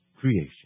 creation